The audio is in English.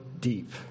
deep